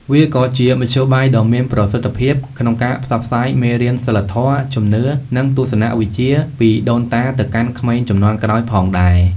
វាក៏ជាមធ្យោបាយដ៏មានប្រសិទ្ធភាពក្នុងការផ្សព្វផ្សាយមេរៀនសីលធម៌ ជំនឿ និងទស្សនវិជ្ជាពីដូនតាទៅកាន់ក្មេងជំនាន់ក្រោយផងដែរ ។